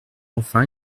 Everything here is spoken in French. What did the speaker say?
enfin